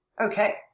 Okay